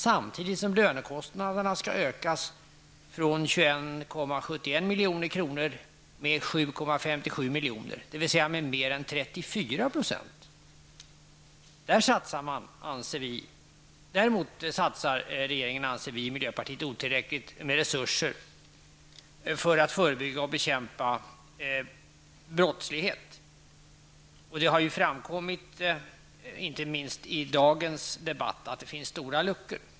samtidigt som lönekostnaderna skall ökas från Däremot satsar regeringen enligt miljöpartiets mening otillräckligt med resurser på att förebygga och bekämpa brottslighet. Det har ju, inte minst i dagens debatt, framkommit att det finns stora luckor.